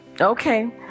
Okay